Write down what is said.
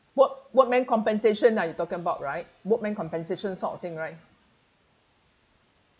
work workmen compensation ah you talking about right workmen compensation sort of thing right